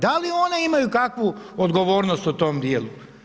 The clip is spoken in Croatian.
Da li oni imaju kakvu odgovornost u tom dijelu?